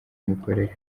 imikorere